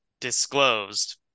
disclosed